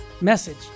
message